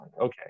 Okay